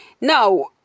Now